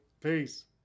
Peace